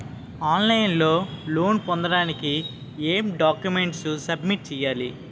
On line లో loan పొందటానికి ఎం డాక్యుమెంట్స్ సబ్మిట్ చేయాలి?